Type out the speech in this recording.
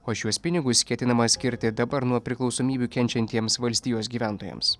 o šiuos pinigus ketinama skirti dabar nuo priklausomybių kenčiantiems valstijos gyventojams